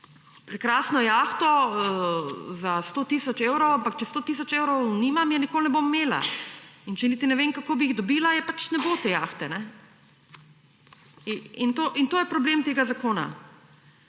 prekrasno jahto za 100 tisoč evrov, ampak če 100 tisoč evrov nimam, je nikoli ne bom imela; in če niti ne vem, kako bi jih dobila, pač ne bo te jahte. In to je problem tega zakona.